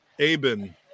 Aben